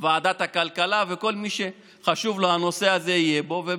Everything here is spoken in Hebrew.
ועדת הכלכלה, שכל מי שחשוב לו הנושא יהיה בו.